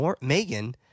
Megan